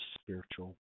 spiritual